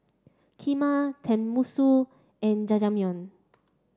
Kheema Tenmusu and Jajangmyeon